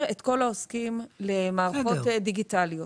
את כל העוסקים למערכות דיגיטליות.